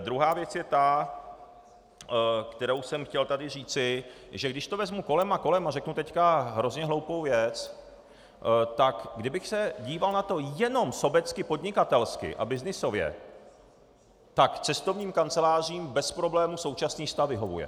Druhá věc, kterou jsem chtěl tady říci, že když to vezmu kolem a kolem, a řeknu teď hrozně hloupou věc, tak kdybych se díval na to jenom sobecky podnikatelsky a byznysově, tak cestovním kancelářím bez problému současný stav vyhovuje.